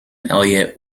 elliott